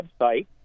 website